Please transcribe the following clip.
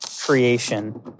creation